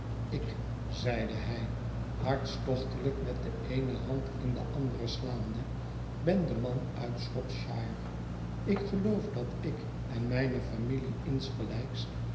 ik zeide hij hartstochtelijk met de eene hand in de andere slaande ben de man uit shropshire ik geloof dat ik en mijne familie insgelijks